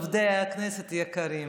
עובדי הכנסת היקרים,